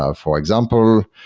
ah for example,